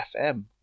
FM